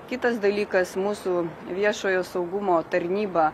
kitas dalykas mūsų viešojo saugumo tarnyba